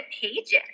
pages